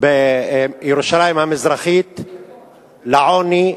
בירושלים המזרחית לעוני,